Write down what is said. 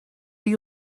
die